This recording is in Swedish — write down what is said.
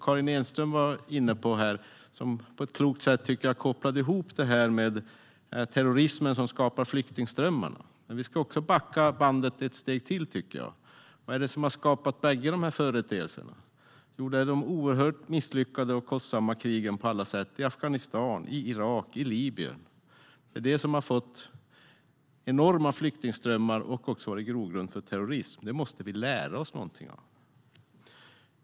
Karin Enström kopplade ihop det hela på ett klokt sätt när hon talade om terrorismen som skapar flyktingströmmarna. Men vi ska backa bandet ett steg till, tycker jag. Vad är det som har skapat bägge de här företeelserna? Jo, det är de på alla sätt oerhört misslyckade och kostsamma krigen i Afghanistan, Irak och Libyen. De har skapat enorma flyktingströmmar och har också varit grogrund för terrorism. Det måste vi lära oss någonting av.